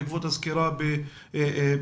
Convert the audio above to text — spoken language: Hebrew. בעקבות הסגירה בשיבא,